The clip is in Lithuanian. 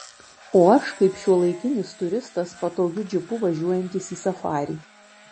o aš kaip šiuolaikinis turistas patogiu džipu važiuojantis į safarį